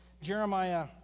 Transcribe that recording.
Jeremiah